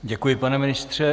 Děkuji, pane ministře.